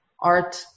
art